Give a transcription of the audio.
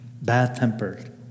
bad-tempered